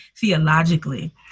theologically